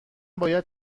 باید